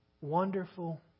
Wonderful